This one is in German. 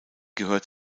gehört